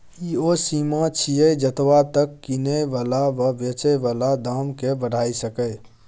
ई ओ सीमा छिये जतबा तक किने बला वा बेचे बला दाम केय बढ़ाई सकेए